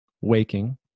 waking